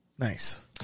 Nice